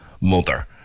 Mother